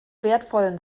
wertvollen